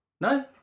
no